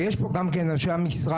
ויש פה גם כן אנשים המשרד,